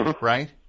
right